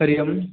Hari Om